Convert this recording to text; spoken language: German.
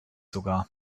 sogar